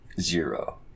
zero